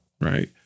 right